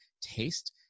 taste